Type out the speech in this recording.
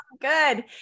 good